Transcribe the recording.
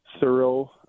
thorough